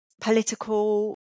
Political